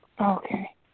Okay